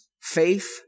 faith